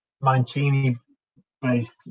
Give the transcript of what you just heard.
Mancini-based